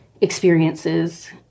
experiences